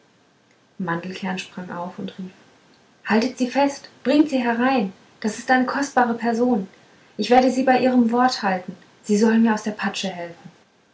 mandelkern sprang auf und rief haltet sie fest bringt sie herein das ist eine kostbare person ich werde sie bei ihrem wort halten sie soll mir aus der patsche helfen